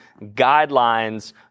guidelines